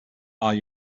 are